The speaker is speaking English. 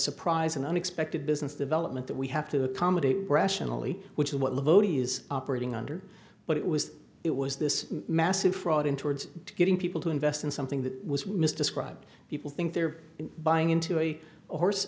surprise and unexpected business development that we have to accommodate brash and early which is what is operating under but it was it was this massive fraud in towards getting people to invest in something that was missed described people think they're buying into a horse